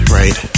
right